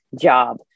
job